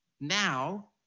now